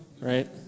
right